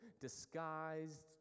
disguised